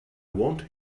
want